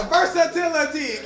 Versatility